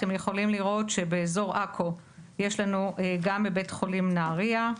אתם יכולים לראות שבאזור עכו יש לנו גם בבית חולים נהריה,